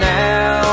now